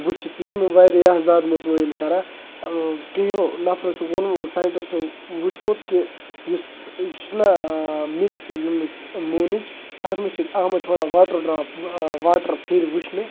وٕچھِتھ یہِ چھُ مےٚ واریاہ زیادٕ مُطمعیٖن کَران کیٚنٛہو نَفرو چھُ ووٚنمُت ساینٹِسٹو وٕچھمُت کہِ یُس یہِ چھُنہ میٚژ یِمٕچ موٗنٕچ تَتھ منٛز چھِ آمٕتۍ تھوڑا واٹَر ڈرٛاپ واٹَر پھِرِ وٕچھنہٕ